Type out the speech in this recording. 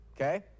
okay